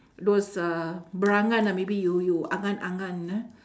those uh berangan ah maybe you you angan angan ah